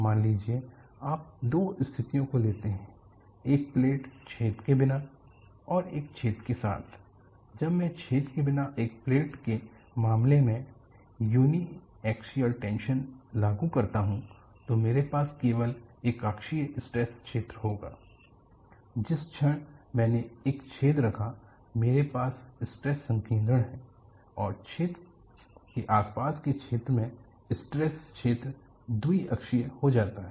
मान लीजिए कि आप दो स्थितियों को लेते हैं एक प्लेट छेद के बिना और एक छेद के साथ जब मैं छेद के बिना एक प्लेट के मामले में युनिएक्सियल टेंशन लागू करता हूं तो मेरे पास केवल एक एकाक्षीय स्ट्रेस क्षेत्र होगा जिस क्षण मैंने एक छेद रखा मेरे पास स्ट्रेस संकेद्रण है और छेद के आसपास के क्षेत्र में स्ट्रेस क्षेत्र द्वि अक्षीय हो जाता है